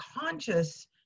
conscious